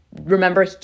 remember